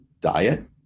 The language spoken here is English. diet